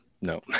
no